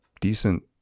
decent